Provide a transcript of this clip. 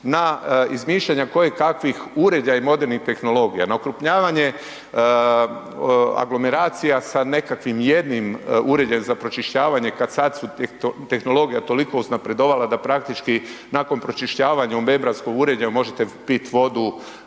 na izmišljanja koje kakvih uređaja i modernih tehnologija, na okrupnjavanje aglomeracija sa nekakvim jednim uređajem za pročišćavanje kad sad su, tehnologija toliko uznapredovala da praktički nakon pročišćavanja u …/Govornik se ne razumije/…uređaju možete pit vodu